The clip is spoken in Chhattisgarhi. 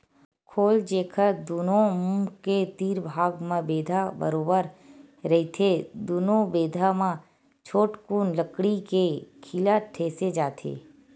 खोल, जेखर दूनो मुहूँ के तीर भाग म बेंधा बरोबर रहिथे दूनो बेधा म छोटकुन लकड़ी के खीला ठेंसे जाथे